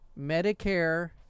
Medicare